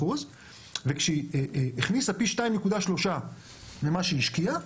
וכשהיא הכניסה פי 2.3 ממה שהיא השקיעה,